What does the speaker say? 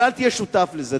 אבל אל תהיה שותף לזה.